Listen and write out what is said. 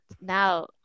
now